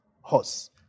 horse